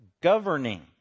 Governing